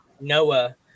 Noah